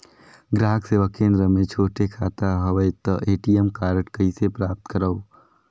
ग्राहक सेवा केंद्र मे छोटे खाता हवय त ए.टी.एम कारड कइसे प्राप्त करव?